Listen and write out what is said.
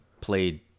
played